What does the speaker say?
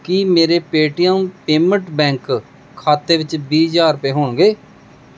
ਕੀ ਮੇਰੇ Paytm payment bank ਖਾਤੇ ਵਿੱਚ ਵੀਹ ਹਜ਼ਾਰ ਰੁਪਏ ਹੋਣਗੇ